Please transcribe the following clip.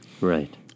Right